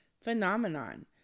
phenomenon